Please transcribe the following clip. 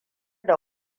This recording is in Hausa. da